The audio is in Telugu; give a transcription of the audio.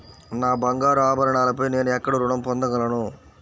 నా బంగారు ఆభరణాలపై నేను ఎక్కడ రుణం పొందగలను?